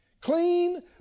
Clean